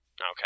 Okay